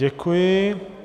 Děkuji.